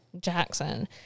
Jackson